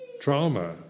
trauma